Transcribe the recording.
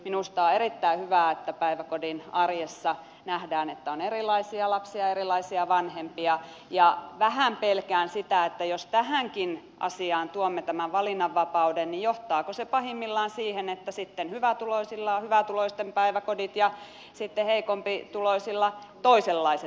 minusta on erittäin hyvä että päiväkodin arjessa nähdään että on erilaisia lapsia ja erilaisia vanhempia ja vähän pelkään sitä jos tähänkin asiaan tuomme tämän valinnanvapauden johtaako se pahimmillaan siihen että sitten hyvätuloisilla on hyvätuloisten päiväkodit ja sitten heikompituloisilla toisenlaiset päiväkodit